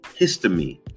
Histamine